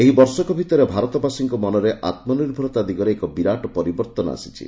ଏହି ବର୍ଷକ ଭିତରେ ଭାରତବାସୀଙ୍କ ମନରେ ଆମ୍ନିର୍ଭରତା ଦିଗରେ ଏକ ବିରାଟ ପରିବର୍ତ୍ତନ ଆଣିଛି